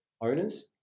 owners